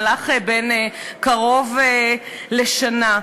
מהלך בן קרוב לשנה,